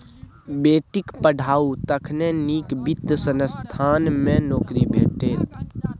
बेटीक पढ़ाउ तखने नीक वित्त संस्थान मे नौकरी भेटत